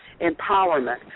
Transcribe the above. empowerment